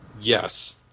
Yes